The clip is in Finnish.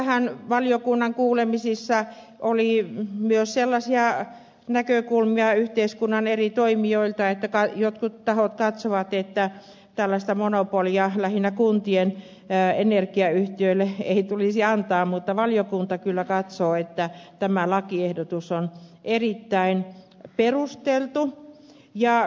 tästähän valiokunnan kuulemisissa oli myös sellaisia näkökulmia yhteiskunnan eri toimijoilta että jotkut tahot katsovat että tällaista monopolia lähinnä kuntien energiayhtiöille ei tulisi antaa mutta valiokunta kyllä katsoo että tämä lakiehdotus on erittäin perusteltu